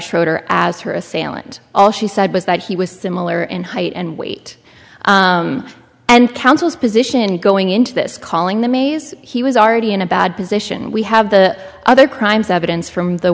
schroder as her assailant all she said was that he was similar in height and weight and councils position going into this calling the mays he was already in a bad position we have the other crimes evidence from the